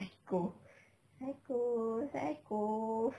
psycho psycho psycho